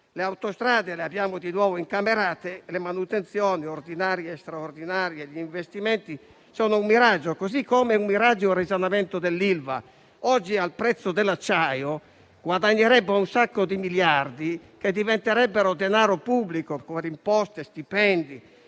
Le Autostrade le abbiamo di nuovo incamerate; le manutenzioni, ordinarie e straordinarie, e gli investimenti sono un miraggio. È altresì un miraggio il risanamento dell'Ilva. Con il prezzo dell'acciaio odierno guadagnerebbe molti miliardi, che diventerebbero denaro pubblico, con imposte e stipendi;